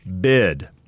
bid